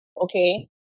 okay